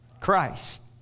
Christ